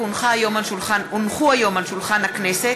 כי הונחו היום על שולחן הכנסת,